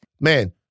Man